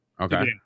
okay